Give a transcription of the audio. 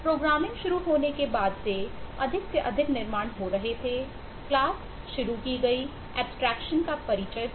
programming शुरू होने के बाद से अधिक से अधिक निर्माण हो रहे थे क्लास में हुआ